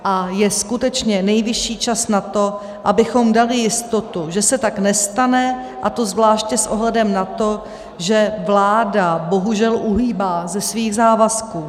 A je skutečně nejvyšší čas na to, abychom dali jistotu, že se tak nestane, a to zvláště s ohledem na to, že vláda bohužel uhýbá ze svých závazků.